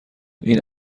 این